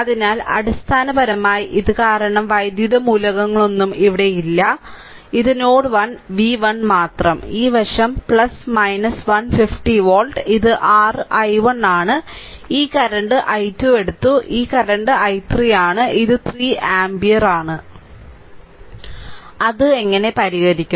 അതിനാൽ അടിസ്ഥാനപരമായി ഇത് കാരണം വൈദ്യുത മൂലകങ്ങളൊന്നും ഇവിടെയില്ല അടിസ്ഥാനപരമായി ഇത് നോഡ് 1 വി 1 മാത്രം ഈ വശം 50 വോൾട്ട് ഇത് r i1 ആണ് ഈ കറന്റ് i2 എടുത്തു ഈ കറന്റ് i3 ആണ് ഇത് 3 ആമ്പിയർ ആണ് അത് എങ്ങനെ പരിഹരിക്കും